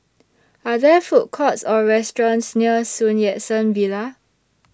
Are There Food Courts Or restaurants near Sun Yat Sen Villa